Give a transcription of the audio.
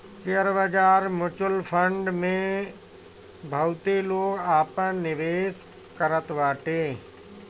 share बाजार, mutual fund में बहुते लोग आपन निवेश करत बाटे